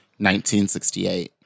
1968